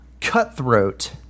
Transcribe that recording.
cutthroat